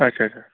اچھا اچھا